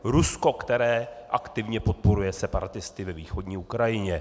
Rusko, které aktivně podporuje separatisty ve východní Ukrajině!